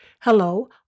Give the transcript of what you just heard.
Hello